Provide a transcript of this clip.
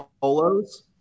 polos